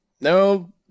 no